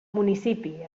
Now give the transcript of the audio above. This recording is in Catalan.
municipi